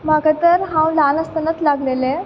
म्हाका तर हांव ल्हान आसतनात लागलेलें